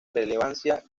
relevancia